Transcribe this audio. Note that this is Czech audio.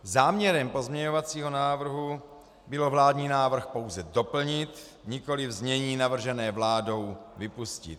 Záměrem pozměňovacího návrhu bylo vládní návrh pouze doplnit, nikoliv znění navržené vládou vypustit.